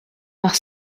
noch